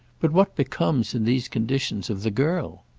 but what becomes, in these conditions, of the girl?